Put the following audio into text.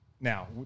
now